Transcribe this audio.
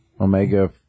Omega